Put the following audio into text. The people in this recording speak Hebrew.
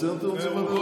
ברצינות אתם רוצים?